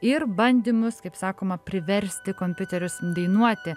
ir bandymus kaip sakoma priversti kompiuterius dainuoti